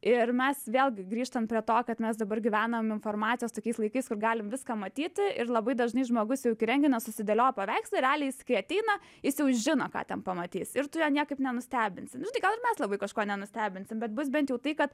ir mes vėlgi grįžtam prie to kad mes dabar gyvenam informacijos tokiais laikais kur galim viską matyti ir labai dažnai žmogus jau iki renginio susidėlioja paveikslą ir realiai jis kai ateina jis jau žino ką ten pamatys ir tu jo niekaip nenustebinsi mes labai kažkuo nenustebinsim bet bus bent jau tai kad